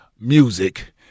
music